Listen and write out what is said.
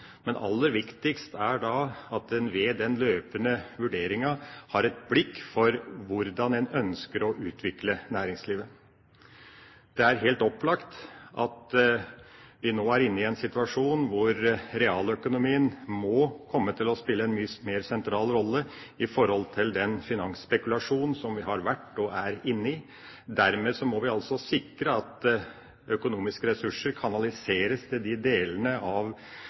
Men aller viktigst er det at en ved den løpende vurderingen har et blikk for hvordan en ønsker å utvikle næringslivet. Det er helt opplagt at vi nå er i en situasjon hvor realøkonomien må komme til å spille en mye mer sentral rolle i forhold til den finansspekulasjon som vi har hatt, og har. Dermed må vi sikre at økonomiske ressurser kanaliseres til de delene av